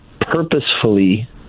purposefully